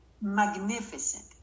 magnificent